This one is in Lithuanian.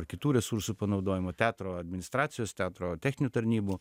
ar kitų resursų panaudojimo teatro administracijos teatro techninių tarnybų